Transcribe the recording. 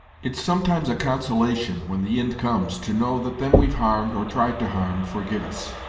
it's sometimes a consolation, when the ind comes, to know that them we've harmed, or tried to harm, forgive us.